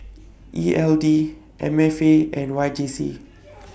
E L D M F A and Y J C